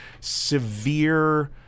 severe